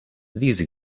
these